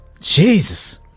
Jesus